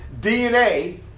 DNA